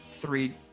three